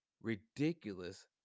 ridiculous